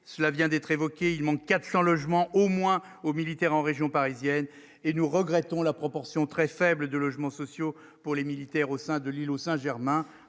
cela vient d'être évoqué, il manque 400 logements au moins aux militaires en région parisienne et nous regrettons la proportion très faible de logements sociaux pour les militaires au sein de l'îlot Saint-Germain,